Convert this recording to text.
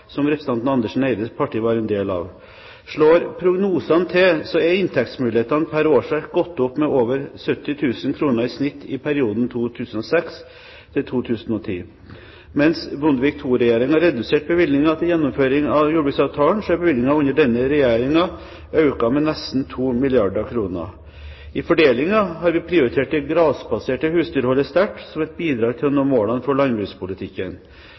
som representanten Andersen Eides parti var en del av. Slår prognosene til, er inntektsmulighetene pr. årsverk gått opp med over 70 000 kr i snitt i perioden 2006–2010. Mens Bondevik II-regjeringen reduserte bevilgningene til gjennomføring av jordbruksavtalen, er bevilgningene under denne regjeringen økt med nesten 2 milliarder kr. I fordelingen har vi prioritert det grasbaserte husdyrholdet sterkt, som et bidrag for å nå målene for landbrukspolitikken.